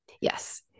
Yes